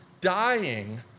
dying